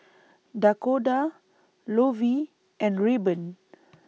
Dakoda Lovie and Rayburn